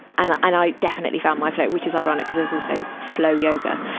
and i definitely found my flow, which is ironic cuz there's also flow yoga.